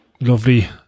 Lovely